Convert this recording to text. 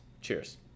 Cheers